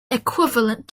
equivalent